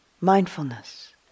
mindfulness